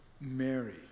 Mary